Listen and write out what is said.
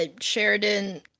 Sheridan